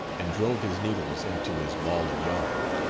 and drove his needles into his ball of yarn.